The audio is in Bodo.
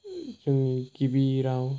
जोंनि गिबि राव